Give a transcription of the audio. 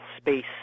space